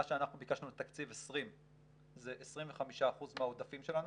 מה שאנחנו ביקשנו לתקציב 20' זה 25% מהעודפים שלנו.